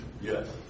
Yes